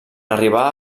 arribar